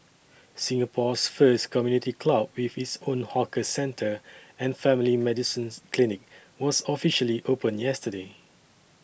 Singapore's first community club with its own hawker centre and family medicines clinic was officially opened yesterday